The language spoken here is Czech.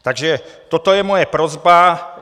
Takže toto je moje prosba.